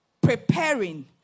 preparing